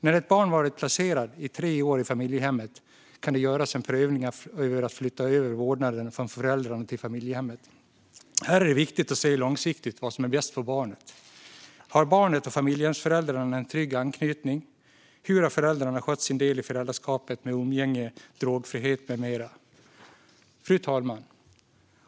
När ett barn varit placerad i tre år i familjehemmet kan det göras en prövning av att flytta över vårdnaden från föräldrarna till familjehemmet. Här är det viktigt att se vad som är bäst för barnet långsiktigt. Har barnet och familjehemsföräldrarna en trygg anknytning? Hur har föräldrarna skött sin del i föräldraskapet med umgänge, drogfrihet med mera? Fru talman!